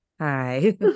hi